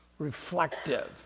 Reflective